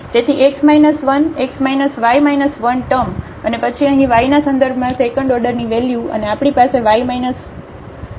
તેથી x 1 x y 1 term અને પછી અહીં y ના સંદર્ભમાં સેકન્ડ ઓર્ડરની વેલ્યુ અને આપણી પાસે ² ટર્મ છે